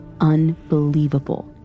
unbelievable